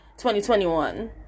2021